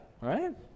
right